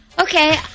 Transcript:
okay